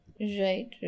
Right